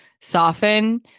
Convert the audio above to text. soften